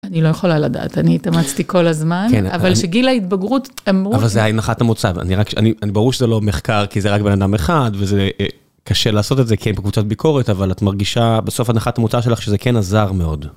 אני לא יכולה לדעת, אני התאמצתי כל הזמן, אבל שגיל ההתבגרות אמרו... אבל זה ההנחת המוצא, אני ברור שזה לא מחקר כי זה רק בנאדם אחד, וזה קשה לעשות את זה, כן, בקבוצת ביקורת, אבל את מרגישה בסוף הנחת המוצא שלך שזה כן עזר מאוד.